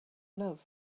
love